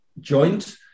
joint